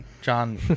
John